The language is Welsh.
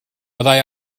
byddai